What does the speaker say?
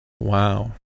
Wow